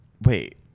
Wait